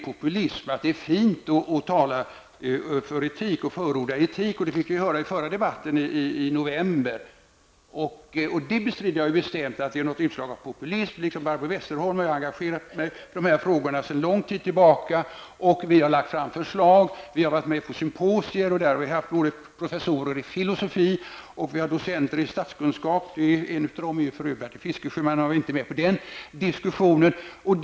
Han sade att det är ''fint'' att förorda etik, och det fick vi också höra i förra debatten i november. Jag bestrider bestämt att detta skulle vara ett utslag av populism. Liksom Barbro Westerholm har jag sedan lång tid tillbaka engagerat mig i dessa frågor. Vi har lagt fram förslag och deltagit i symposier, där även professorer i filosofi och docenter i statskunskap -- en av dessa var för övrigt Bertil Fiskesjö, men han deltog inte i den diskussionen -- var närvarande.